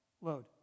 load